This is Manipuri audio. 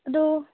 ꯑꯗꯨ